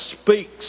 speaks